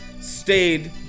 stayed